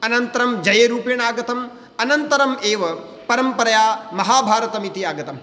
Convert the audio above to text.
अनन्तरं जयरूपेण आगतं अनन्तरम् एव परम्परया महाभारतम् इति आगतं